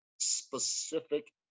specific